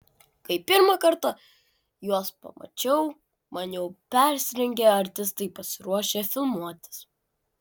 kai pirmą kartą juos pamačiau maniau persirengę artistai pasiruošę filmuotis